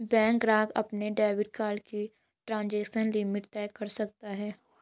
bank ग्राहक अपने debit card की ट्रांज़ैक्शन लिमिट तय कर सकता है